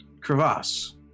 crevasse